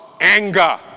anger